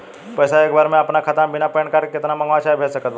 पैसा एक बार मे आना खाता मे बिना पैन कार्ड के केतना मँगवा चाहे भेज सकत बानी?